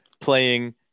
playing